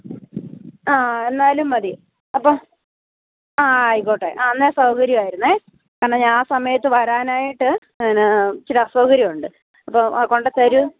ആ എന്നാലും മതി അപ്പം ആ ആയിക്കോട്ടെ ആ എന്നാല് സൗകര്യമായിരുന്നു എന്താണെന്നാല് ആ സമയത്ത് വരാനായിട്ട് പിന്നെ ചില അസൗകര്യമുണ്ട് അപ്പോള് കൊണ്ടു തരും